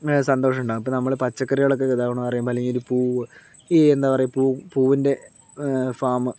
സന്തോഷമുണ്ടാകും ഇപ്പം നമ്മള് പച്ചക്കറികളൊക്കെ ഇതാകണെന്ന് പറയുമ്പോൾ അല്ലെങ്കില് പൂവ് ഈ എന്താ പറയുക പൂ പൂവിൻ്റെ ഫാമ്